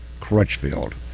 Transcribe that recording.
Crutchfield